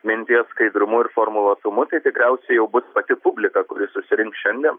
minties skaidrumu ir formuluotumu tai tikriausiai jau bus pati publika kuri susirinks šiandien